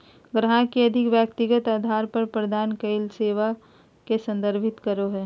ग्राहक के अधिक व्यक्तिगत अधार पर प्रदान कइल गेल सेवा के संदर्भित करो हइ